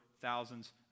thousands